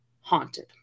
Haunted